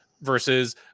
versus